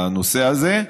הנושא הזה,